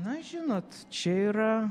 na žinot čia yra